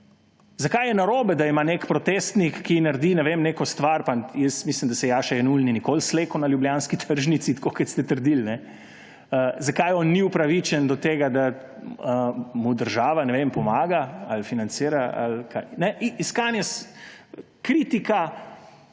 Zakaj je narobe, da ima nek protestnik, ki naredi neko stvar − pa mislim, da se Jaša Jenull ni nikoli slekel na ljubljanski tržnici, tako kot ste trdili −, zakaj on ni upravičen do tega, da mu država pomaga, ali financira, ali kaj. In kritiško